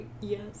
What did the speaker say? yes